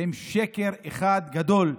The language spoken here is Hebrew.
הן שקר אחד גדול.